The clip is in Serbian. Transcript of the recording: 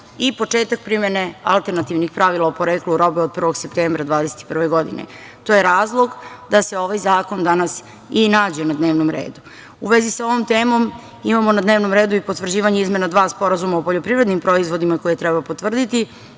i početak primene alternativnih pravila o poreklu robe od 1. septembra 2021. godine. To je razlog da se ovaj zakon danas i nađe na dnevnom redu.U vezi sa ovom temom imamo na dnevnom redu i potvrđivanje izmena dva sporazuma o poljoprivrednim proizvodima koje treba potvrditi.